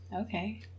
okay